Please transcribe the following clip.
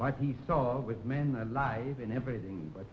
what he saw with men alive and everything but